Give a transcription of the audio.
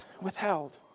withheld